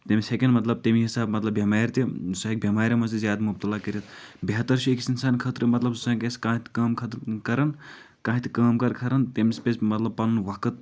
تٔمِس ہٮ۪کان مطلب تٔمی حساب مطلب بٮ۪مارِ تہِ سُہ ہٮ۪کہِ بٮ۪مارٮ۪ن منٛز تہِ زیادٕ مُبتلہ کٔرتھ بہتر چھُ أکِس انسان خٲطرٕ مطلب سُہ گژھِ کانٛہہ تہِ کٲم خٲطرٕ کرن کانٛہہ تہِ کٲم کار کرن تٔمِس پزِ مطلب پنُن وقت